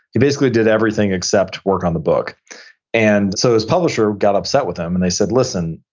he basically did everything except work on the book and so his publisher got upset with him and they said, listen,